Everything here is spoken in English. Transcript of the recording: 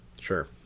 Sure